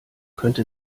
könnte